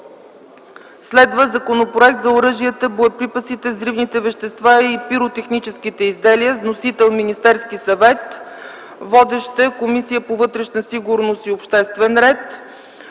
ред. Законопроект за оръжията, боеприпасите, взривните вещества и пиротехническите изделия. Вносител е Министерският съвет. Водеща е Комисията по вътрешна сигурност и обществен ред,